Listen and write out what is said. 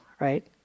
right